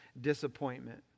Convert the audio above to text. disappointment